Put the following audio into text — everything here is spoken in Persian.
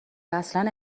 اصلن